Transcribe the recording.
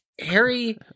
Harry